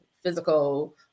physical